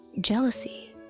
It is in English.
jealousy